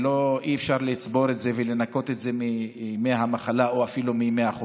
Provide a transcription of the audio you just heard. ואי-אפשר לצבור את זה ולנכות את זה מימי המחלה או אפילו מימי החופשה.